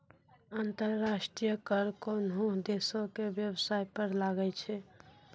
अंतर्राष्ट्रीय कर कोनोह देसो के बेबसाय पर लागै छै